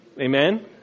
Amen